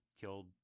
killed